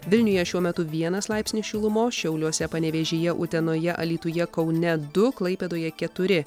vilniuje šiuo metu vienas laipsnį šilumos šiauliuose panevėžyje utenoje alytuje kaune du klaipėdoje keturi